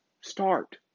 Start